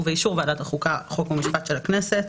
ובאישור ועדת החוקה חוק ומשפט של הכנסת,